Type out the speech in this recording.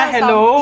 Hello